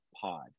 Pod